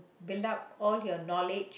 build up all your knowledge